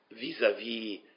vis-à-vis